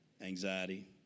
anxiety